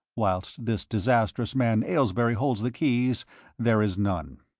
whilst this disastrous man aylesbury holds the keys there is none.